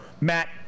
Matt